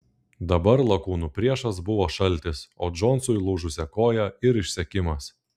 dabar lakūnų priešas buvo šaltis o džonsui lūžusia koja ir išsekimas